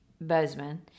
Bozeman